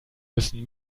müssen